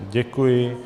Děkuji.